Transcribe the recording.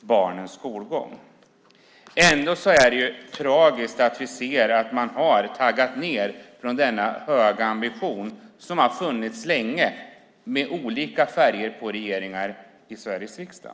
barnens skolgång. Det är tragiskt att vi ser att man har taggat ned från denna höga ambition som har funnits länge med olika färger på regeringar i Sveriges riksdag.